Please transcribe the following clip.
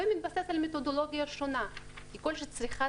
וזה מתווסף למתודולוגיה שונה כי ככל שצריכת